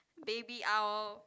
baby owl